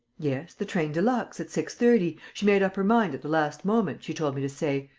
yes, the train-de-luxe, at six-thirty she made up her mind at the last moment, she told me to say.